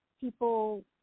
People